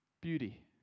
beauty